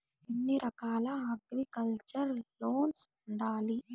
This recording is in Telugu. ఎన్ని రకాల అగ్రికల్చర్ లోన్స్ ఉండాయి